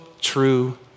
true